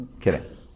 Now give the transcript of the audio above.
Kidding